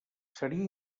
seria